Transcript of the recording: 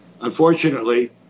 Unfortunately